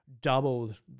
doubled